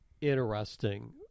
interesting